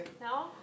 no